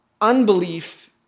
Unbelief